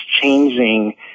changing